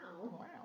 Wow